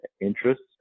Interests